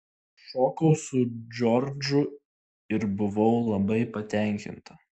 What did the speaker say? šokau su džordžu ir buvau labai patenkinta